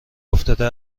افتاده